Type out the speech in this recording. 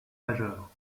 majeurs